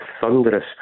thunderous